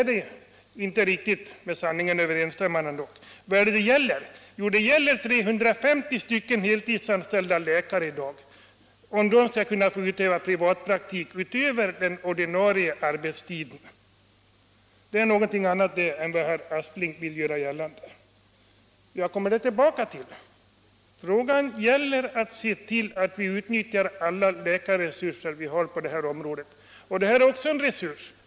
Det är inte med sanningen överensstämmande. Vad är det det gäller? Jo, det gäller om 350 heltidsanställda läkare skall få utöva privatpraktik utöver den ordinarie arbetstiden. Det är någonting annat än vad herr Aspling ville göra gällande. Det gäller att se till — jag kommer tillbaka till det — att vi utnyttjar alla läkarresurser vi har på det här området. Det här är också en resurs.